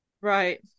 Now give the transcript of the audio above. Right